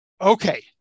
Okay